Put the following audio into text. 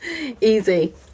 Easy